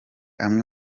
amwe